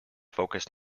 focused